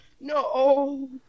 No